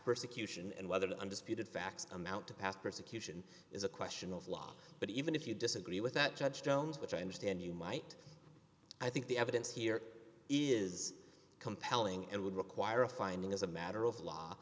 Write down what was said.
persecution and whether the undisputed facts amount to past persecution is a question of law but even if you disagree with that judge jones which i understand you might i think the evidence here is compelling and would require a finding as a matter of law